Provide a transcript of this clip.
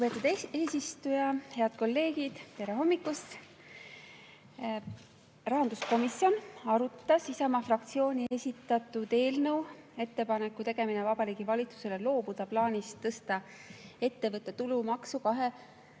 Lugupeetud eesistuja! Head kolleegid! Tere hommikust! Rahanduskomisjon arutas Isamaa fraktsiooni esitatud eelnõu "Ettepaneku tegemine Vabariigi Valitsusele loobuda plaanist tõsta ettevõtte tulumaksu